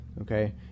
Okay